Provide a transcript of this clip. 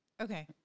Okay